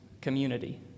community